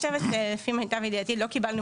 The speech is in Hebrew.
לפי מיטב ידיעתי לא קיבלנו